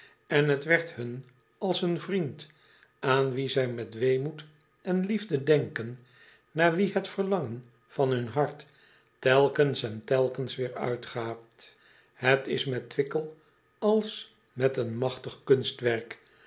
en het werd hun als een vriend aan wien zij met weemoed en liefde denken naar wien het verlangen van hun hart telkens en telkens weêr uitgaat et is met wickel als met een magtig kunstwerk